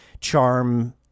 charm